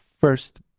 first